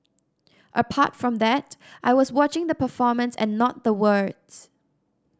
apart from that I was watching the performance and not the words